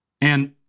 And-